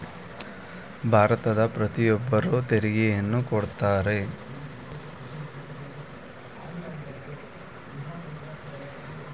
ಭಾರತದ ಪ್ರತಿಯೊಬ್ಬರು ತೆರಿಗೆಯನ್ನು ಕೊಡುತ್ತಾರೆ